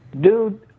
Dude